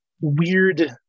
weird